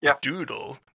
doodle